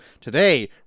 Today